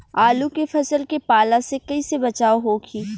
आलू के फसल के पाला से कइसे बचाव होखि?